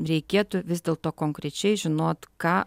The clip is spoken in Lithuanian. reikėtų vis dėlto konkrečiai žinot ką